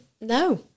No